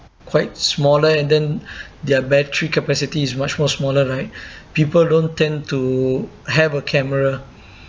quite smaller and then their battery capacity is much more smaller right people don't tend to have a camera